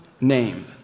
name